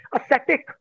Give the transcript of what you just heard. Ascetic